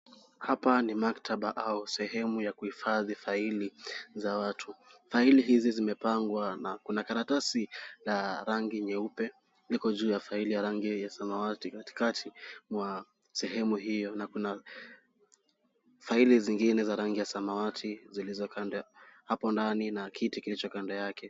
Hapa ni maktaba au sehemu ya kuhifadhi faili za watu. Faili hizi zimepangwa na kuna karatasi la rangi nyeupe liko juu ya faili ya rangi ya samawati katikati mwa sehemu hiyo na kuna faili zingine za rangi ya samawati zilizo hapo ndani na kiti kilicho kando yake.